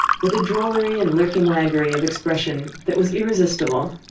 with a drollery and lurking waggery of expression that was irresistible.